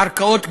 ערכאות גבוהות,